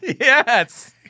Yes